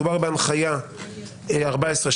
מדובר בהנחיה 14.12,